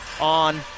on